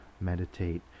meditate